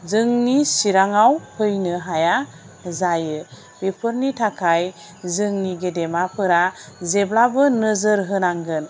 जोंनि चिराङाव फैनो हाया जायो बेफोरनि थाखाय जोंनि गेदेमाफोरा जेब्लाबो नोजोर होनांगोन